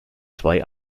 zwei